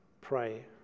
pray